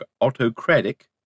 Autocratic